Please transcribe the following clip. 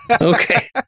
okay